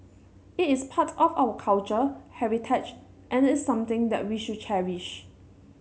it is part of our culture heritage and is something that we should cherish